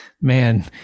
man